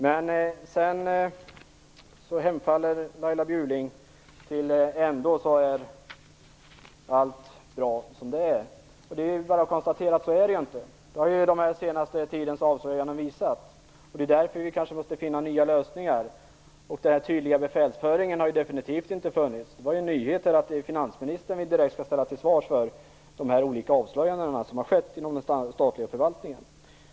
Men sedan hemfaller Laila Bjurling åt synsättet att allt ändå är bra som det är. Det är bara att konstatera att så inte är fallet. Det har den senaste tidens avslöjanden visat, och det är därför som vi kanske måste finna nya lösningar. Den tydliga befälsföringen har definitivt inte funnits. Det var en nyhet att finansministern direkt kan ställas till svars för det som har avslöjats inom den statliga förvaltningen.